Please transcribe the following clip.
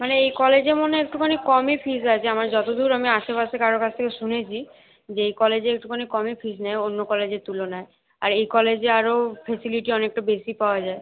মানে এই কলেজে মনে হয় একটুখানি কমই ফিজ আছে আমার যত দূর আমি আশে পাশে কারো কাছ থেকে শুনেছি যে এই কলেজে একটুখানি কমই ফিজ নেয় অন্য কলেজের তুলনায় আর এই কলেজে আরও ফেসিলিটি অনেকটা বেশি পাওয়া যায়